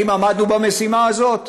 האם עמדנו במשימה הזאת?